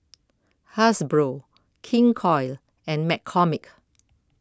Hasbro King Koil and McCormick